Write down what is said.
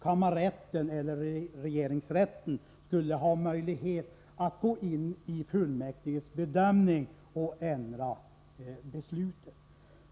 Kammarrätten eller regeringsrätten skulle ha möjlighet att gå in och ändra fullmäktiges beslut.